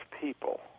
people